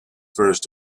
first